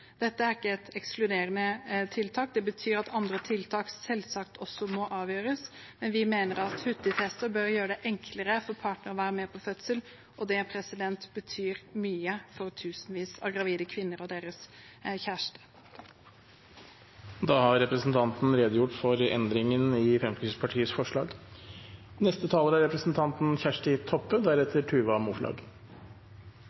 Dette er ikke et ekskluderende tiltak, andre tiltak må selvsagt også avgjøres, men vi mener at hurtigtester bør gjøre det enklere for partner å være med på fødsel, og det betyr mye for tusenvis av gravide kvinner og deres kjæreste. Da har representanten redegjort for endringen i Fremskrittspartiets forslag.